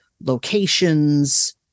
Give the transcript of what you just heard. locations